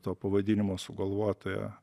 to pavadinimo sugalvotoja